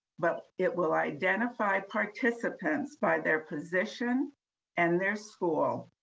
but it will identify participants by their position and their school.